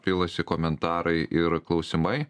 pilasi komentarai ir klausimai